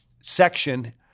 section